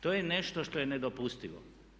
To je nešto što je nedopustivo.